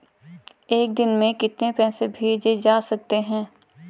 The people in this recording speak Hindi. एक दिन में कितने पैसे भेजे जा सकते हैं?